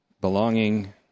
belonging